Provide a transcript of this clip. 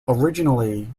originally